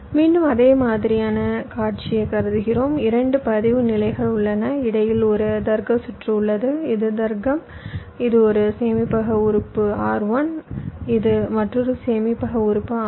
மீண்டும் அதே மாதிரியான காட்சியை கருதுகிறோம் இரண்டு பதிவு நிலைகள் உள்ளன இடையில் ஒரு தர்க்க சுற்று உள்ளது இது தர்க்கம் இது ஒரு சேமிப்பக உறுப்பு R1 இது மற்றொரு சேமிப்பக உறுப்பு R2